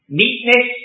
meekness